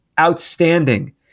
outstanding